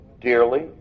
dearly